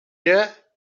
yet